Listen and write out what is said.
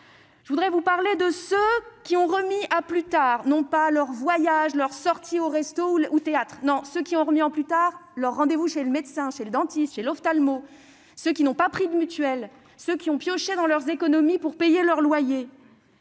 Je voudrais vous parler de ceux qui ont remis à plus tard non pas leur voyage, leur sortie au restaurant ou leur soirée au théâtre, mais leur rendez-vous chez le médecin, le dentiste ou l'ophtalmologue, ceux qui n'ont pas pris de mutuelle ou ceux qui ont pioché dans leurs économies pour payer leur loyer.